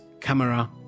camera